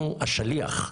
אנחנו השליח.